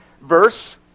verse